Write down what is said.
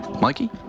Mikey